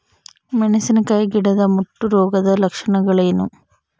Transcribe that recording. ಮೆಣಸಿನಕಾಯಿ ಗಿಡದ ಮುಟ್ಟು ರೋಗದ ಲಕ್ಷಣಗಳೇನು?